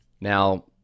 now